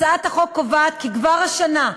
הצעת החוק קובעת כי כבר השנה,